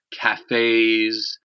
cafes